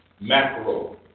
macro